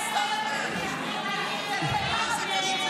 קח אוויר,